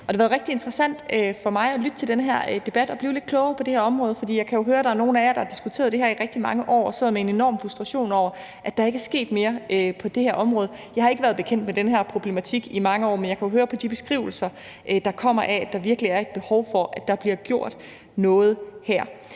den her debat og blive lidt klogere på det her område, for jeg kan jo høre, at der er nogle af jer, der har diskuteret det her i rigtig mange år og sidder med en enorm frustration over, at der ikke er sket mere på det her område. Jeg har ikke været bekendt med den her problematik i mange år, men jeg kan jo høre på de beskrivelser, der kommer, at der virkelig er et behov for, at der bliver gjort noget her.